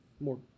more